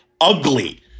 ugly